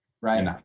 right